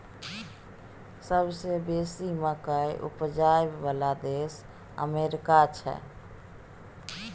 सबसे बेसी मकइ उपजाबइ बला देश अमेरिका छै